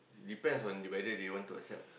depends on the whether they want to accept